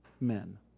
men